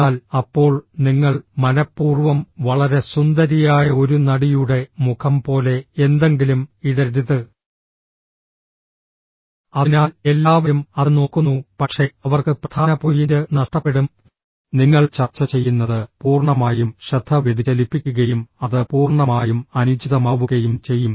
എന്നാൽ അപ്പോൾ നിങ്ങൾ മനപ്പൂർവ്വം വളരെ സുന്ദരിയായ ഒരു നടിയുടെ മുഖം പോലെ എന്തെങ്കിലും ഇടരുത് അതിനാൽ എല്ലാവരും അത് നോക്കുന്നു പക്ഷേ അവർക്ക് പ്രധാന പോയിന്റ് നഷ്ടപ്പെടും നിങ്ങൾ ചർച്ച ചെയ്യുന്നത് പൂർണ്ണമായും ശ്രദ്ധ വ്യതിചലിപ്പിക്കുകയും അത് പൂർണ്ണമായും അനുചിതമാവുകയും ചെയ്യും